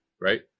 right